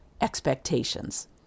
expectations